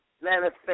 manifest